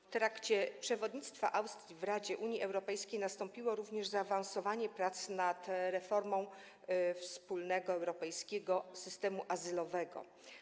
W trakcie przewodnictwa Austrii w Radzie Unii Europejskiej nastąpiło również zaawansowanie prac nad reformą Wspólnego Europejskiego Systemu Azylowego.